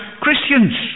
Christians